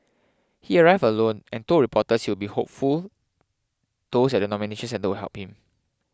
he arrived alone and told reporters he will be hopeful those at the nomination centre would help him